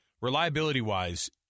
reliability-wise